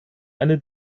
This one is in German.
eine